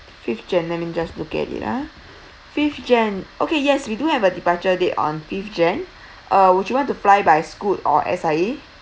fifth jan let me just look at it ah fifth jan~ okay yes we do have a departure date on fifth jan~ uh would you want to fly by Scoot or S_I_A